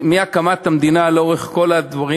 מהקמת המדינה לאורך כל הדברים,